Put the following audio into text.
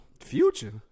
Future